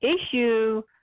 issue